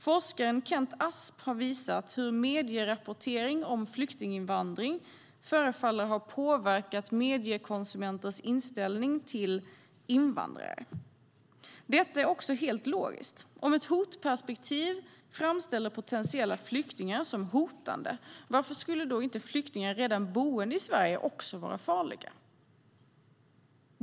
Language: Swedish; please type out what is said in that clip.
Forskaren Kent Asp har visat hur medierapportering om flyktinginvandring förefaller ha påverkat mediekonsumenters inställning till invandrare. Detta är också helt logiskt; om ett hotperspektiv framställer potentiella flyktingar som hotande, varför skulle flyktingar redan boende i Sverige då inte också vara farliga?